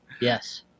Yes